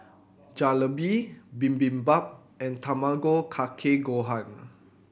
Jalebi Bibimbap and Tamago Kake Gohan